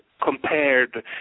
compared